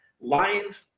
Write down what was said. lions